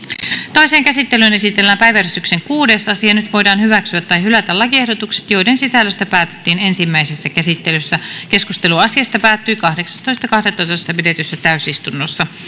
toiseen käsittelyyn esitellään päiväjärjestyksen kuudes asia nyt voidaan hyväksyä tai hylätä lakiehdotukset joiden sisällöstä päätettiin ensimmäisessä käsittelyssä keskustelu asiasta päättyi kahdeksastoista kahdettatoista kaksituhattaseitsemäntoista pidetyssä täysistunnossa